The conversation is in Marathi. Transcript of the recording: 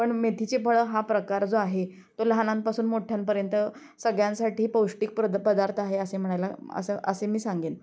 पण मेथीचे फळं हा प्रकार जो आहे तो लहानांपासून मोठ्यांपर्यंत सगळ्यांसाठी पौष्टिक प्रद पदार्थ आहे असे म्हणायला असं असे मी सांगेन